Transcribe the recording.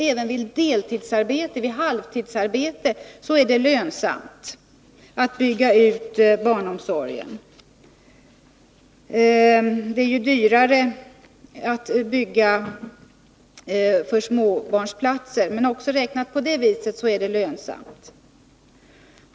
Även vid deltidsarbete är det lönsamt att bygga ut barnomsorgen. Utbyggnaden blir naturligtvis dyrare när det gäller småbarnsplatser, men också om man räknar med dem är barnomsorgen lönsam.